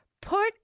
Put